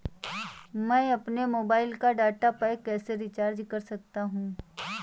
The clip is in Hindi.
मैं अपने मोबाइल का डाटा पैक कैसे रीचार्ज कर सकता हूँ?